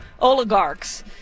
oligarchs